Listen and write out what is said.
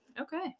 Okay